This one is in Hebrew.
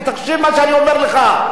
תקשיב מה שאני אומר לך.